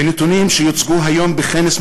בנתונים שיוצגו היום בכנס,